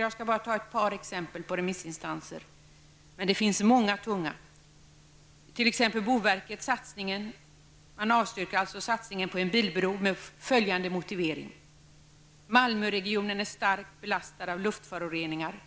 Jag skall bara ta ett par exempel från remissinstanserna. Boverket avstyrker satsningen på en bilbro med motiveringen: Malmöregionen är starkt belastad av luftföroreningar.